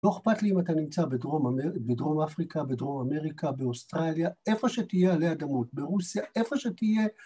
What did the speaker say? ‫לא אכפת לי אם אתה נמצא בדרום אמ... בדרום אפריקה, ‫בדרום אמריקה, באוסטרליה, ‫איפה שתהיה עלי אדמות, ‫ברוסיה, איפה שתהיה.